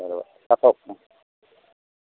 হ'ব ৰাখক অহ